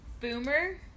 Boomer